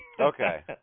Okay